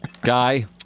guy